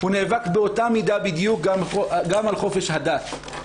הוא נאבק באותה מידה בדיוק גם על חופש הדת.